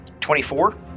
24